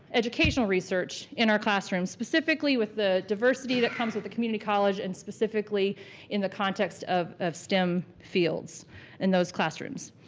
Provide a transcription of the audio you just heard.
educational research, in our classrooms. specifically with the diversity that comes with a community college and specifically in the context of of stem fields in those classrooms.